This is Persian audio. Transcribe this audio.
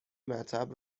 مطب